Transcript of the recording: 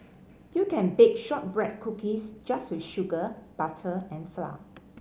you can bake shortbread cookies just with sugar butter and flour